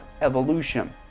evolution